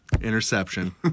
interception